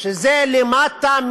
שזה למטה,